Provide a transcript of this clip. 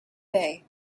bay